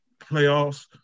playoffs